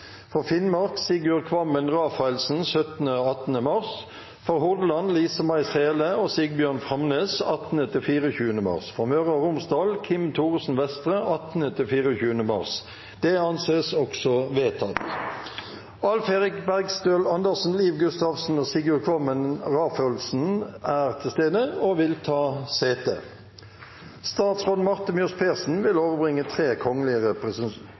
For Akershus: Liv Gustavsen 17. mars og inntil videre For Finnmark: Sigurd Kvammen Rafaelsen 17. og 18. mars For Hordaland: Lise-May Sæle og Sigbjørn Framnes 18.–24. mars For Møre og Romsdal: Kim Thoresen-Vestre 18.–24. mars Alf Erik Bergstøl Andersen, Liv Gustavsen og Sigurd Kvammen Rafaelsen er til stede og vil ta sete. Representanten Sofie Høgestøl vil